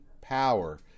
power